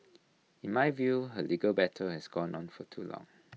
in my view her legal battle has gone on for too long